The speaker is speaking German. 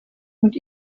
und